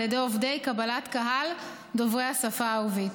ידי עובדי קבלת קהל דוברי השפה הערבית.